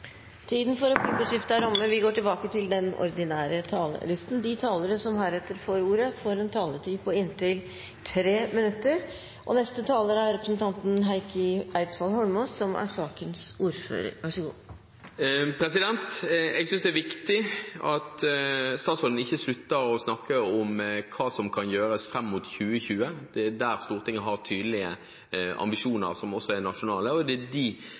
Replikkordskiftet er omme. De talere som heretter får ordet, har en taletid på inntil 3 minutter. Jeg synes det er viktig at statsråden ikke slutter å snakke om hva som kan gjøres fram mot 2020. Det er i den forbindelse Stortinget har tydelige ambisjoner, som også er nasjonale, og det er de